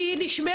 כי היא נשמעה.